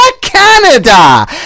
Canada